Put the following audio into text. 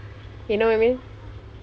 you know what I mean